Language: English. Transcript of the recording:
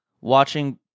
watching